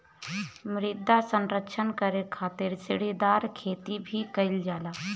मृदा संरक्षण करे खातिर सीढ़ीदार खेती भी कईल जाला